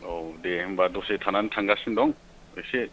औ दे होनबा दसे थानानै थांगासिनो दं एसे